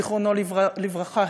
זיכרונו לברכה,